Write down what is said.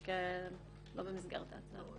רק לא במסגרת ההצעה הזאת.